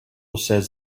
says